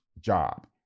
job